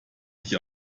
dich